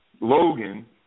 Logan